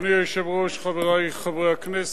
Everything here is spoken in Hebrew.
אדוני היושב-ראש, חברי חברי הכנסת,